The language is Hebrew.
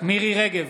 מירי מרים רגב,